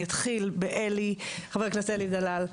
אתחיל בחבר הכנסת אלי דלל.